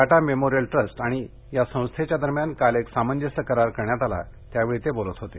Tata memorial trust आणि या संस्थेच्या दरम्यान काल एक सामंजस्य करार करण्यात आला त्यावेळी ते बोलत होते